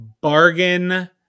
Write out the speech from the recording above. bargain